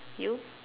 you